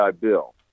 Bill